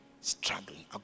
struggling